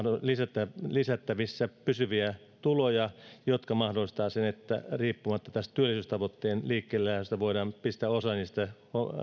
lisättävissä pysyviä tuloja jotka mahdollistavat sen että riippumatta tästä työllisyystavoitteen liikkeellelähdöstä voidaan pistää osa niistä